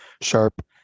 Sharp